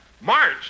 March